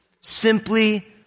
Simply